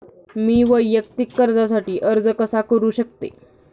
मी वैयक्तिक कर्जासाठी अर्ज कसा करु शकते?